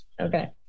okay